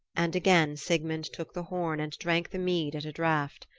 and again sigmund took the horn and drank the mead at a draught.